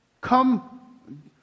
Come